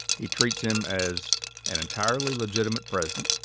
he treats him as an entirely legitimate president,